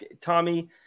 Tommy